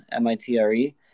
MITRE